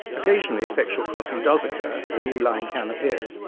occasionally sexual crossing does occur and a new line can appear.